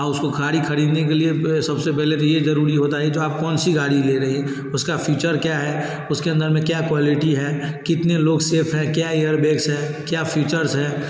आ उसको गाड़ी खरीदने के लिए सबसे पहले तो ये ज़रूरी होता ही था आप कौनसी गाड़ी ले रहे हैं उसका फ़ीचर क्या है उसके अन्दर में क्या क्वालिटी है कितने लोग सेफ़ हैं क्या एयर बैग्स हैं क्या फ़ीचर्स हैं